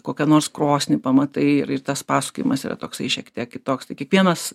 kokią nors krosnį pamatai ir ir tas pasakojimas yra toksai šiek tiek kitoks tai kiekvienas